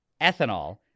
ethanol